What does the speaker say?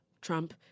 Trump